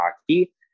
hockey